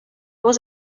was